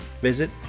Visit